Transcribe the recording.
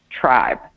tribe